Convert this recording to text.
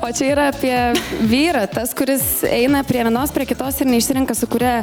o čia yra apie vyrą tas kuris eina prie vienos prie kitos ir neišsirenka su kuria